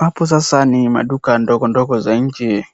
Hapo sasa ni maduka ndogo ndogo za nchi